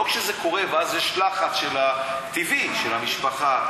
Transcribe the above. לא כשזה כואב ואז יש לחץ טבעי של המשפחה,